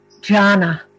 jhana